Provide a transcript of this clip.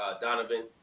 donovan